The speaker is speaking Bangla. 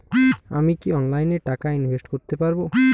আমি কি অনলাইনে টাকা ইনভেস্ট করতে পারবো?